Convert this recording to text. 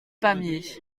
pamiers